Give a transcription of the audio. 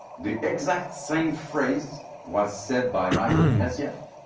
the exact same phrase was said by michael ignatieff.